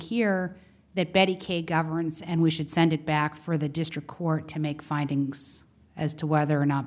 here that betty kaye governs and we should send it back for the district court to make findings as to whether or not